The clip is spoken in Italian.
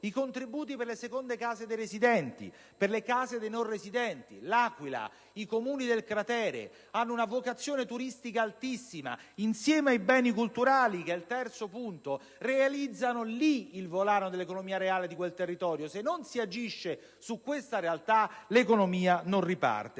i contributi per le seconde case dei residenti o per le case dei non residenti. L'Aquila e i Comuni del cratere hanno una vocazione turistica altissima; insieme ai beni culturali - che rappresenta il terzo punto - realizzano il volano dell'economia reale di quel territorio. Se dunque non si agirà su quella realtà, l'economia non ripartirà.